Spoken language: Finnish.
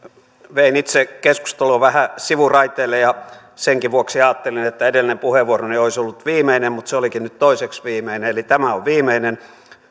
vein itse keskustelua vähän sivuraiteille ja senkin vuoksi ajattelin että edellinen puheenvuoroni olisi ollut viimeinen mutta se olikin nyt toiseksi viimeinen eli tämä on viimeinen